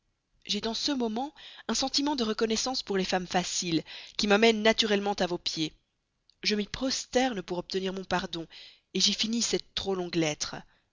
j'ai dans ce moment un sentiment de reconnaissance pour les femmes faciles qui m'amène naturellement à vos pieds je m'y prosterne pour obtenir mon pardon j'y finis cette trop longue lettre